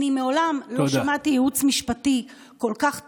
מעולם לא שמעתי ייעוץ משפטי כל כך טרוד.